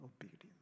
obedience